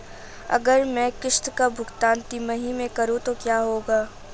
अगर मैं किश्त का भुगतान तिमाही में करूं तो क्या होगा?